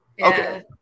okay